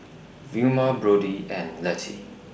Vilma Brody and Letty